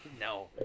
No